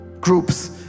groups